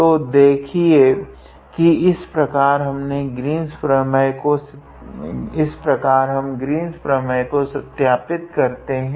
तो देखिये की इस प्रकार हम ग्रीन्स प्रमेय को सत्यापित करते है